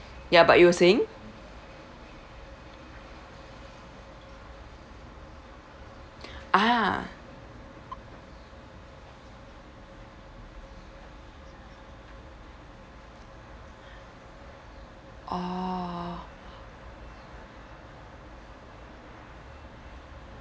ya but you were saying ah orh